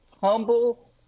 humble